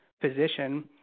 physician